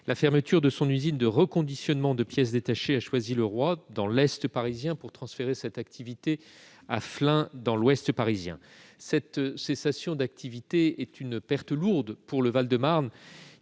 la fermeture de son usine de reconditionnement de pièces détachées à Choisy-le-Roi, dans l'Est parisien, et son transfert à Flins, dans l'Ouest parisien. Cette cessation d'activité est une perte lourde pour le Val-de-Marne,